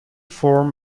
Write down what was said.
form